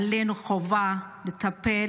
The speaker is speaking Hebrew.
עלינו החובה לטפל